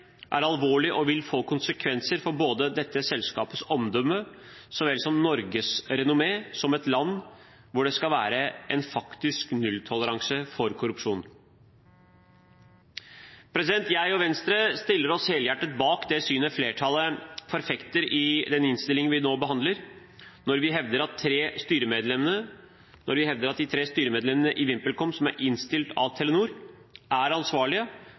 er minoritetseier, er alvorlig og vil få konsekvenser for både dette selskapets omdømme og Norges renommé som et land hvor det skal være en faktisk nulltoleranse for korrupsjon. Jeg og Venstre stiller oss helhjertet bak det synet flertallet forfekter i den innstilling vi nå behandler, når vi hevder at de tre styremedlemmene i VimpelCom som er innstilt av Telenor, er